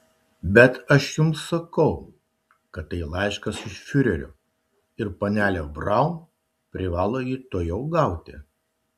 bet aš jums sakau kad tai laiškas iš fiurerio ir panelė braun privalo jį tuojau gauti